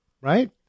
right